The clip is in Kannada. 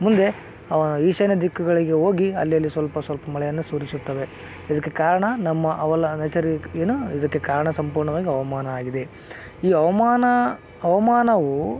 ಮುಂದೆ ಈಶಾನ್ಯ ದಿಕ್ಕುಗಳಿಗೆ ಹೋಗಿ ಅಲ್ಲಲ್ಲಿ ಸ್ವಲ್ಪ ಸ್ವಲ್ಪ ಮಳೆಯನ್ನು ಸುರಿಸುತ್ತವೆ ಇದಕ್ಕೆ ಕಾರಣ ನಮ್ಮ ಅವಲ ನೈಸರ್ಗಿಕ ಏನು ಇದಕ್ಕೆ ಕಾರಣ ಸಂಪೂರ್ಣವಾಗಿ ಹವಮಾನ ಆಗಿದೆ ಈ ಹವಮಾನ ಹವಮಾನವು